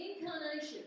incarnation